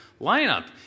lineup